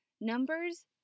numbers